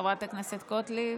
חברת הכנסת גוטליב.